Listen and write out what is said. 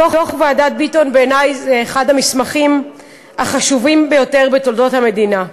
דוח ועדת ביטון בעיני זה אחד המסמכים החשובים ביותר בתולדות המדינה.